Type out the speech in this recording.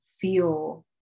feel